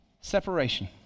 separation